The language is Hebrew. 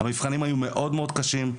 המבחנים היו מאוד קשים,